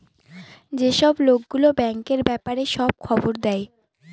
যেসব লোক গুলো ব্যাঙ্কের ব্যাপারে সব খবর দেয়